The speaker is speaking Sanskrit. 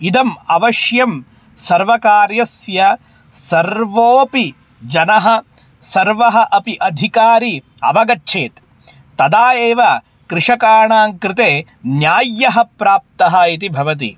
इदम् अवश्यं सर्वकार्यस्य सर्वेऽपि जनः सर्वः अपि अधिकारी अवगच्छेत् तदा एव कृषकाणां कृते न्यायः प्राप्तः इति भवति